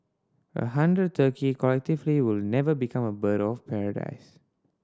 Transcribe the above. a hundred turkey collectively will never become a bird of paradise